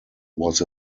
was